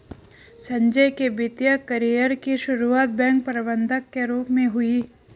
संजय के वित्तिय कैरियर की सुरुआत बैंक प्रबंधक के रूप में हुई